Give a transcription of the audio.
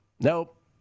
Nope